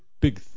big